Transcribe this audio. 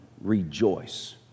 rejoice